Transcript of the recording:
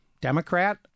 Democrat